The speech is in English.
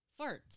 farts